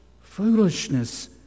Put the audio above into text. foolishness